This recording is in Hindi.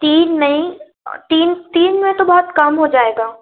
तीन नहीं तीन तीन में तो बहुत कम हो जाएगा